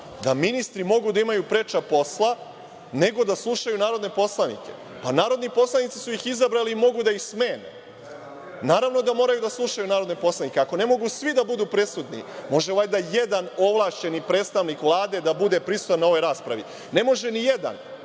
da ministri mogu da imaju preča posla, nego da slušaju narodne poslanike. Pa, narodni poslanici su ih izabrali, mogu da ih smene. Naravno, da moraju da slušaju narodne poslanike. Ako ne mogu svi da budu prisutni, može valjda jedan ovlašćeni predstavnik Vlade da bude prisutan na ovoj raspravi. Ne može ni jedan,